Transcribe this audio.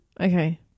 Okay